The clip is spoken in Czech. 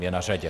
Je na řadě.